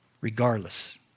regardless